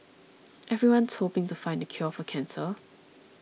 everyone's hoping to find the cure for cancer